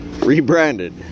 rebranded